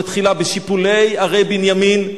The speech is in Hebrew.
מתחילה בשיפולי הרי בנימין,